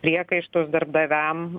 priekaištus darbdaviam